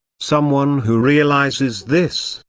someone who realizes this,